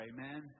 Amen